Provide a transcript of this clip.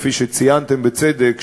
כפי שציינתם בצדק,